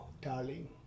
darling